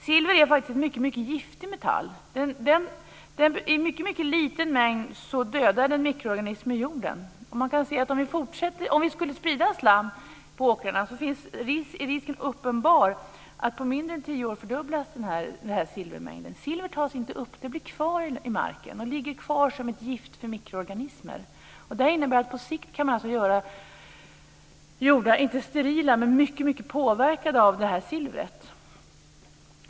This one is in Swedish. Silver är en mycket giftig metall. I mycket liten mängd dödar den mikroorganismer i jorden. Om vi skulle sprida slam på åkrarna vore risken uppenbar att silvermängden fördubblades på mindre än tio år. Silver tas inte upp, utan det blir kvar i marken och ligger där som ett gift för mikroorganismer. Det innebär att man på sikt kan göra jordarna inte direkt sterila, men mycket påverkade av silvret.